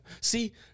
See